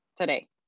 today